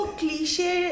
cliche